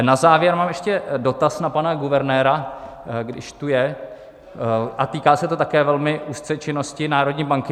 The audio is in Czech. Na závěr mám ještě dotaz na pana guvernéra, když tu je, a týká se to také velmi úzce činnosti národní banky.